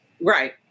Right